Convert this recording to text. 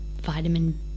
vitamin